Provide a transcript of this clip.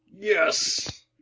Yes